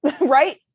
right